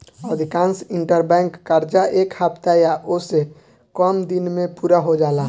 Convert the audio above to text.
अधिकांश इंटरबैंक कर्जा एक हफ्ता या ओसे से कम दिन में पूरा हो जाला